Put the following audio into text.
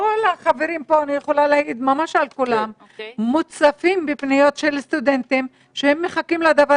כל החברים פה מוצפים בפניות של סטודנטים שמחכים לדבר